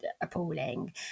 appalling